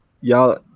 y'all